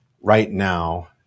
right-now